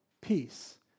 peace